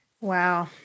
Wow